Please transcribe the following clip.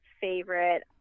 favorite